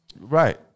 right